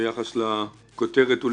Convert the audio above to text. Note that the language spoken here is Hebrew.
זה